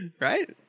Right